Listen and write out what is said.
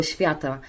Świata